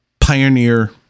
pioneer